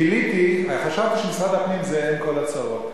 גיליתי, חשבתי שמשרד הפנים זה אם כל הצרות.